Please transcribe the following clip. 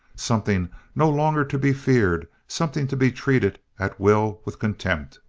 something no longer to be feared, something to be treated, at will, with contempt.